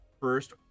first